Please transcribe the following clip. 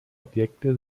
objekte